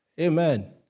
Amen